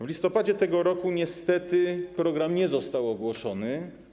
W listopadzie tego roku niestety program nie został ogłoszony.